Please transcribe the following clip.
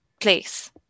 place